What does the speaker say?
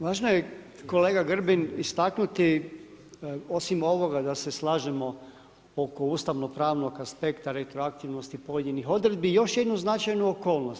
Važno je kolega Grbin istaknuti osim ovoga da se slažemo oko ustavnopravnog aspekta retroaktivnosti pojedinih odredbi još jednu značajnu okolnost.